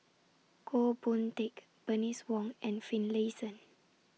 Goh Boon Teck Bernice Wong and Finlayson